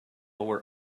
where